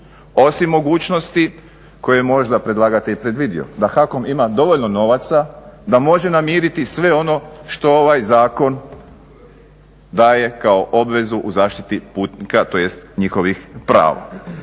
osim mogućnosti koje možda predlagatelj i predvidio da HAKOM ima dovoljno novaca da može namiriti sve ono što ovaj zakon daje kao obvezu u zaštiti putnika tj. njihovih prava